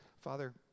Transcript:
Father